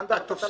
כן, כפר ידידיה.